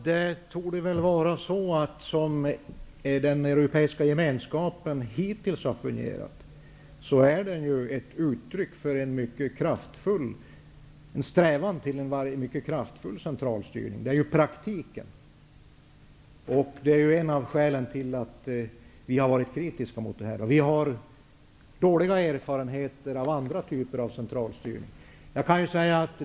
Herr talman! Som den europeiska gemenskapen hittills har fungerat, är strävan mot en kraftig centralstyrning mycket kraftfull. Det är ju så i praktiken, och det är ett av skälen till att vi har varit kritiska mot detta. Vi har dåliga erfarenheter av andra typer av centralstyrning.